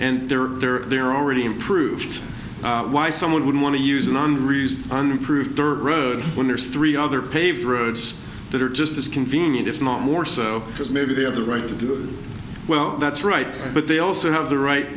and they're there they're already improved why someone would want to use a non reused unproved third road when there's three other paved roads that are just as convenient if not more so because maybe they have the right to do it well that's right but they also have the right